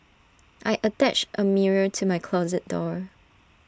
I attached A mirror to my closet door